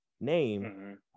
name